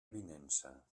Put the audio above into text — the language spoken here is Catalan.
avinença